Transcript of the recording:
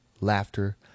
laughter